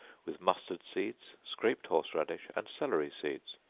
with mustard seed, scraped horse-radish, and celery seed,